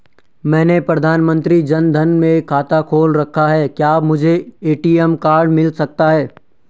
मैंने प्रधानमंत्री जन धन में खाता खोल रखा है क्या मुझे ए.टी.एम कार्ड मिल सकता है?